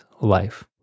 life